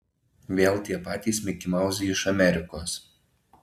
vėl tie patys mikimauzai iš amerikos